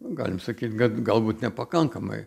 galim sakyt kad galbūt nepakankamai